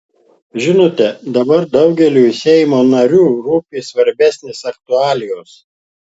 žinote dabar daugeliui seimo narių rūpi svarbesnės aktualijos